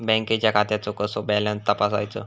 बँकेच्या खात्याचो कसो बॅलन्स तपासायचो?